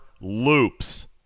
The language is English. loops